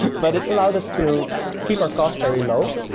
but it allowed us to keep our cost very low.